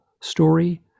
story